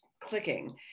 clicking